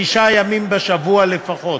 שישה ימים בשבוע לפחות.